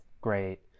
great